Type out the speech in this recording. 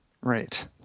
Right